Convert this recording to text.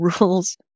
rules